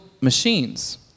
machines